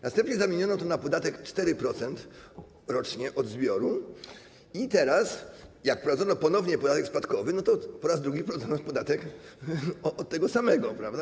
Następnie zamieniono to na podatek w wysokości 4% rocznie od zbiorów i teraz, jak wprowadzono ponownie podatek spadkowy, po raz drugi wprowadzono podatek od tego samego, prawda?